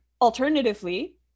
alternatively